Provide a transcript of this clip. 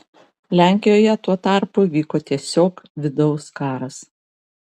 lenkijoje tuo tarpu vyko tiesiog vidaus karas